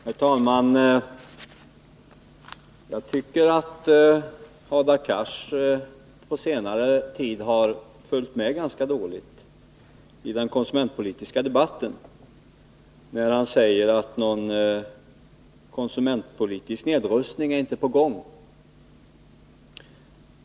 Herr talman! Jag tror att Hadar Cars på senare tid har följt med ganska dåligt i den konsumentpolitiska debatten när han säger att någon konsumentpolitisk nedrustning inte är på gång.